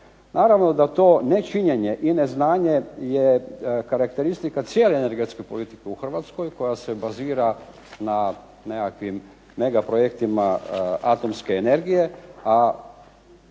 Naravno da to nečinjenje i neznanje je karakteristika cijele energetske politike u Hrvatskoj koja se bazira na nekakvim mega projektima atomske energije, a